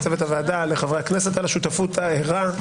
לחברי הכנסת על השותפות הערה.